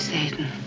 Satan